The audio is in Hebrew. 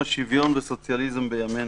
(20)